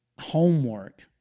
homework